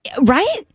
right